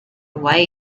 way